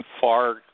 far –